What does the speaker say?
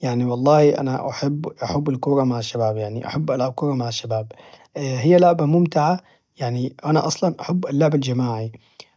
يعني والله انا احب احب الكورة مع الشباب يعني احب العب كورة مع الشباب هي لعبة ممتعة يعني أنا أصلا احب اللعب الجماعي